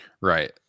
right